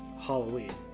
halloween